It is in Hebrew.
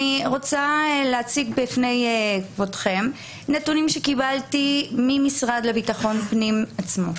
אני רוצה להציג בפניכם נתונים שקיבלתי מהמשרד לביטחון פנים עצמו.